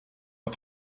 but